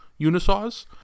unisaws